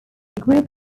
regroup